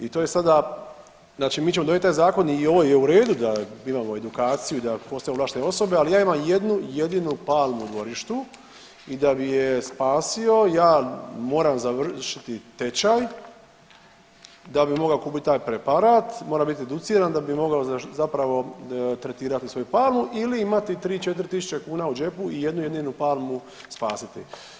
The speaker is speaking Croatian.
I to je sada, znači mi ćemo donijeti taj zakon i ovo je u redu da imamo edukaciju i da postoje ovlaštene osobe, ali ja imam jednu jedinu palmu u dvorištu i da bi je spasio ja moram završiti tečaj da bi mogao kupiti taj preparat, moram biti educiran da bi mogao zapravo tretirati svoju palmu ili imati 3-4 tisuće kuna u džepu i jednu jedinu palmu spasiti.